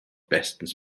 bestens